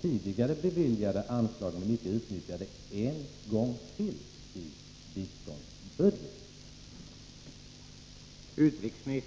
tidigare beviljade anslag, som inte är utnyttjade, en gång till i biståndsbudgeten.